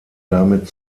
damit